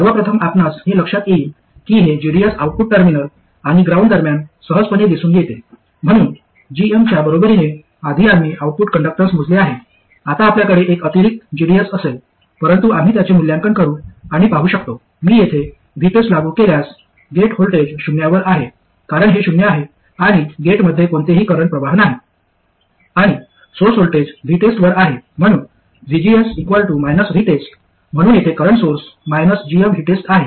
सर्वप्रथम आपणास हे लक्षात येईल की हे gds आउटपुट टर्मिनल आणि ग्राउंड दरम्यान सहजपणे दिसून येते म्हणून gm च्या बरोबरीने आधी आम्ही आऊटपुट कंडक्टन्स मोजले आहे आता आपल्याकडे एक अतिरिक्त gds असेल परंतु आम्ही त्याचे मूल्यांकन करू आणि पाहू शकतो मी येथे VTEST लागू केल्यास गेट व्होल्टेज शून्यावर आहे कारण हे शून्य आहे आणि गेटमध्ये कोणतेही करंट प्रवाह नाही आणि सोर्स व्होल्टेज VTEST वर आहे म्हणून vgs VTEST म्हणून येथे करंट सोर्स gmVTEST आहे